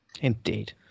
Indeed